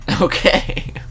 Okay